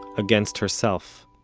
against herself